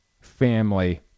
family